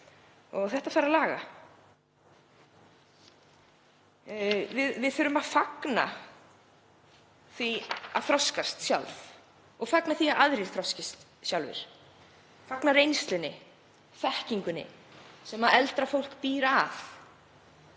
hár. Það þarf að laga. Við þurfum að fagna því að þroskast sjálf og fagna því að aðrir þroskist, fagna reynslunni, þekkingunni sem eldra fólk býr að,